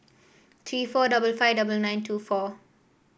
three four double five double nine two four